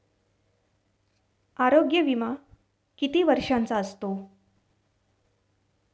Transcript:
आरोग्य विमा किती वर्षांचा असतो?